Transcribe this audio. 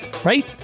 Right